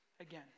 again